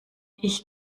ich